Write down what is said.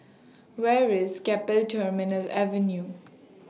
Where IS Keppel Terminal Avenue